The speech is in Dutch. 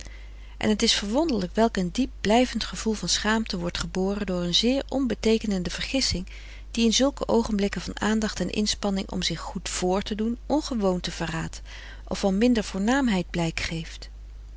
en het is verwonderlijk welk een diep blijvend gevoel van schaamte wordt geboren door een zeer onbeteekenende vergissing die in zulke oogenblikken van aandacht en inspanning om zich goed vr te doen ongewoonte verraadt of van minder voornaamheid blijk geeft